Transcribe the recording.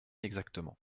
exactement